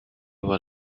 were